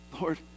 Lord